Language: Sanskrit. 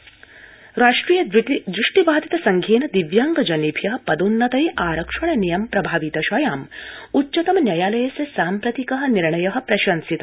द्रष्टिबाधित आरक्षणम् राष्ट्रिय दुष्टिबाधित संघेन दिव्यांगजनेभ्य पदोन्नतये आरक्षण नियम प्रभाविदशायाम् उच्चतम न्यायालयस्य साम्प्रतिक निर्णय प्रशंसित